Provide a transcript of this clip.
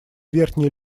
верхний